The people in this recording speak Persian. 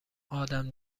آدم